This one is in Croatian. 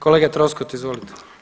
Kolega Troskot, izvolite.